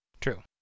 True